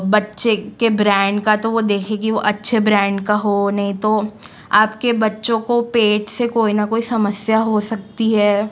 बच्चे के ब्रैंड का तो वो देखे कि वो अच्छे ब्रैंड का हो नहीं तो आपके बच्चों को पेट से कोई न कोई समस्या हो सकती है